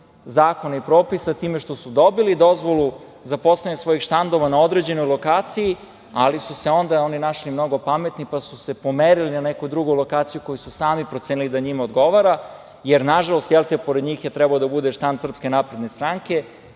zakona i propisa, time što su dobili dozvolu za postavljanje svojih štandova na određenoj lokaciji, ali su se onda oni našli mnogo pametni pa su se pomerili na neku drugu lokaciju koju su sami procenili da njima odgovara, jer, nažalost, pored njih je trebao da bude štand SNS. Verovatno